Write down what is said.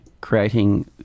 creating